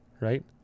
right